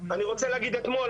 אני רוצה להגיד אתמול,